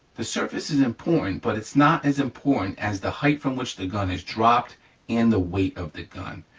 the surface is important, but it's not as important as the height from which the gun is dropped and the weight of the gun,